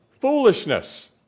Foolishness